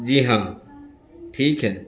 جی ہاں ٹھیک ہے